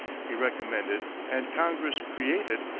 he recommended, and congress created,